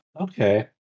okay